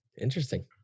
Interesting